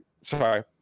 sorry